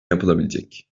yapılabilecek